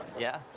yeah,